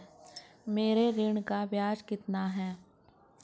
मेरे ऋण का ब्याज कितना है?